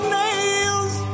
nails